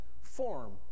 form